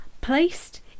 placed